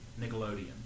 Nickelodeon